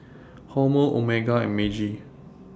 Hormel Omega and Meiji